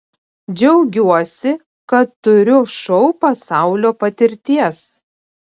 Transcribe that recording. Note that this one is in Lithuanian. džiaugiuosi kad turiu šou pasaulio patirties